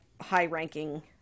high-ranking